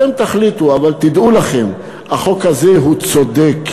אתם תחליטו, אבל תדעו לכם, החוק הזה הוא צודק.